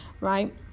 right